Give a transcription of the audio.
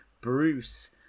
Bruce